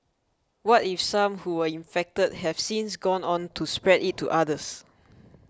what if some who were infected have since gone on to spread it to others